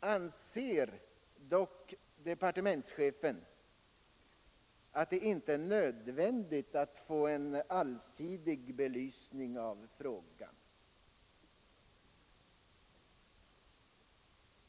anser dock departementschefen att det inte är nödvändigt att söka åstadkomma en allsidig belysning av frågan.